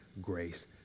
grace